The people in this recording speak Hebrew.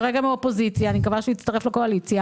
כרגע מן האופוזיציה ואני מקווה שהוא יצטרף לקואליציה.